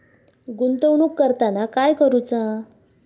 गुंतवणूक करताना काय करुचा?